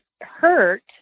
hurt